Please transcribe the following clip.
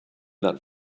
that